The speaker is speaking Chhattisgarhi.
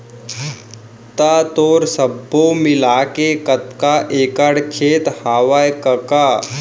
त तोर सब्बो मिलाके कतका एकड़ खेत हवय कका?